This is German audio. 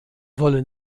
wollen